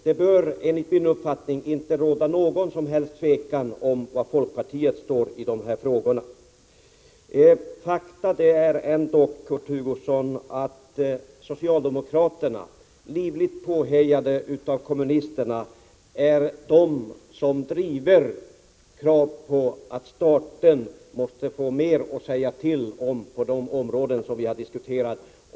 Det bör enligt min uppfattning inte råda någon som helst tvekan om var folkpartiet står i dessa frågor. Ett faktum är ändå, Kurt Hugosson, att socialdemokraterna, livligt påhejade av kommunisterna, är de som driver krav på att staten skall få mer att säga till om på de områden som vi har diskuterat.